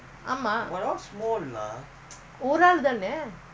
oh no no no no